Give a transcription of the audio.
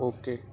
okay